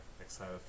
excited